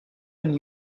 and